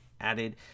added